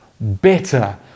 better